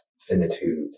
finitude